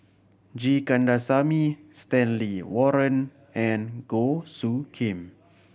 G Kandasamy Stanley Warren and Goh Soo Khim